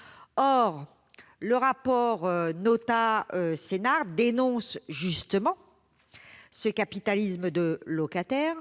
et Jean-Dominique Senard dénonce justement ce capitalisme de locataires,